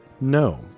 No